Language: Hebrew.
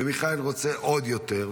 ומיכאל רוצה עוד יותר.